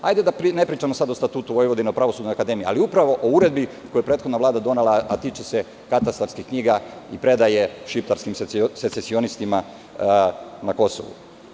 Hajde da ne pričamo sada o Statutu Vojvodine, Pravosudnoj akademiji, ali upravo o uredbi koju je prethodna Vlada donela, a tiče se katastarskih knjiga i predaje šiptarskim secesionistima na Kosovu.